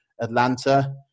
Atlanta